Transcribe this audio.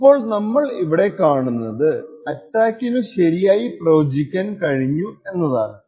അപ്പോൾ നമ്മൾ ഇവിടെ കാണുന്നത് അറ്റാക്കിനു ശരിയായി പ്രവചിക്കാൻ കഴിഞ്ഞു എന്നതാണ്